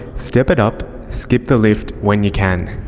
step it up, skip the lift when you can.